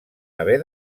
haver